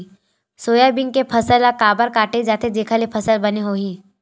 Soybean के फसल ल काबर काटे जाथे जेखर ले फसल बने होही?